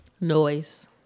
Noise